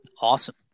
Awesome